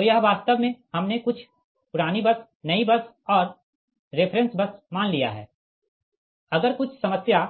तो यह वास्तव में हमने कुछ पुरानी बस नई बस और रेफ़रेंस बस मान लिया है अगर कुछ समस्या